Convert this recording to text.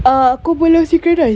ah aku belum synchronise